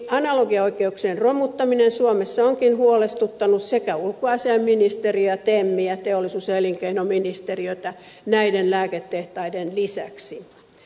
analogiaoikeuksien romuttaminen suomessa onkin huolestuttanut sekä ulkoasiainministeriötä että temmiä työ ja elinkeinoministeriötä näiden lääketehtaiden lisäksi